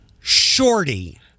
Shorty